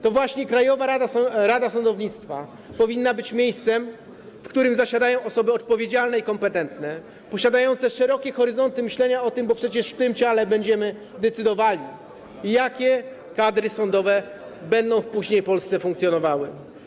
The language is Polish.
To właśnie Krajowa Rada Sądownictwa powinna być miejscem, w którym zasiadają osoby odpowiedzialne i kompetentne, posiadające szerokie horyzonty myślenia, bo przecież w tym ciele będziemy decydowali, jakie kadry sądowe będą później w Polsce funkcjonowały.